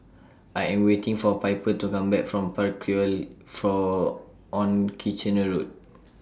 I Am waiting For Piper to Come Back from Parkroyal For on Kitchener Road